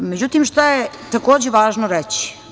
Međutim, šta je takođe važno reći?